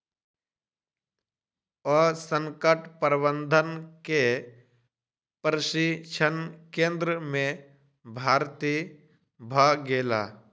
ओ संकट प्रबंधन के प्रशिक्षण केंद्र में भर्ती भ गेला